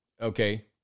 Okay